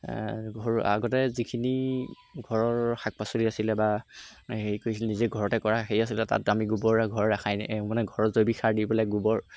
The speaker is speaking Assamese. ঘ আগতে যিখিনি ঘৰৰ শাক পাচলি আছিলে বা হেৰি কৰিছিল নিজে ঘৰতে কৰা হেৰি আছিলে তাত আমি গোবৰৰে ঘৰ ৰাসায়নিক মানে ঘৰৰ জৈৱিক সাৰ দি পেলাই গোবৰ